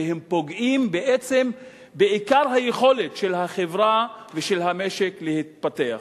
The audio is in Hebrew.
והם פוגעים בעצם בעיקר היכולת של החברה ושל המשק להתפתח.